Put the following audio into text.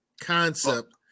concept